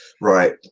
Right